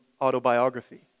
autobiography